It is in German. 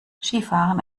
skifahren